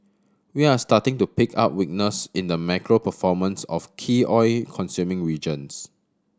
we are starting to pick up weakness in the macro performance of key oil consuming regions